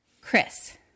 chris